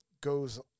goes